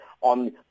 on